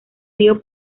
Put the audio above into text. río